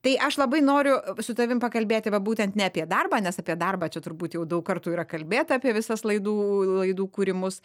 tai aš labai noriu su tavim pakalbėti būtent ne apie darbą nes apie darbą čia turbūt jau daug kartų yra kalbėta apie visas laidų laidų kūrimus